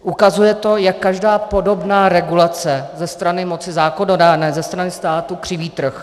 Ukazuje to, jak každá podobná regulace ze strany moci zákonodárné, ze strany státu, křiví trh.